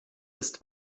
ist